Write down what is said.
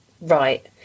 right